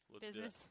Business